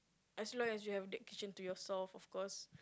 as long as you have that kitchen to yourself of course